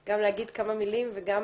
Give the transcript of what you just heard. גם להגיד כמה מילים וגם